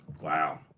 Wow